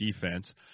defense